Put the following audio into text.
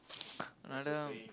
another